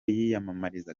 yiyamamariza